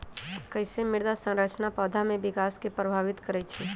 कईसे मृदा संरचना पौधा में विकास के प्रभावित करई छई?